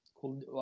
Cool